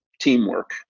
teamwork